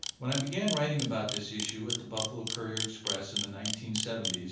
when i began writing about this issue at the buffalo courier express in the nineteen seventy s,